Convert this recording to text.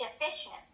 efficient